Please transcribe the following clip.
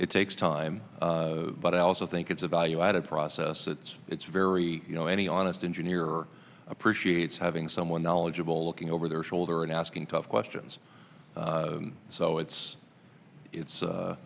it takes time but i also think it's a value added process that's it's very you know any honest engineer or appreciates having someone knowledgeable looking over their shoulder and asking tough questions so it's it's